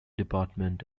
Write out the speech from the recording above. department